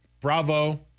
bravo